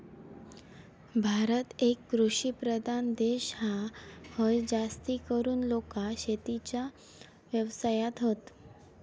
भारत एक कृषि प्रधान देश हा, हय जास्तीकरून लोका शेतीच्या व्यवसायात हत